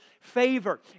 favor